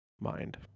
mind